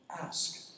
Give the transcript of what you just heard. ask